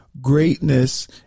Greatness